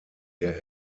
der